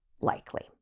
likely